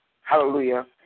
hallelujah